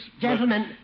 Gentlemen